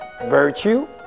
virtue